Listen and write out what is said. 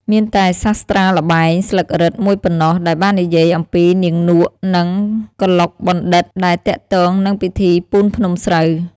មានតែសាស្ត្រាល្បែង ស្លឹករឹត មួយប៉ុណ្ណោះ ដែលបាននិយាយអំពីនាងនក់ និងកឡុកបណ្ឌិត្យ ដែលទាក់ទងនឹងពិធីពូនភ្នំស្រូវ។